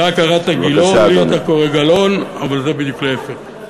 לה קראת גילאון ולי אתה קורא גלאון אבל זה בדיוק להפך.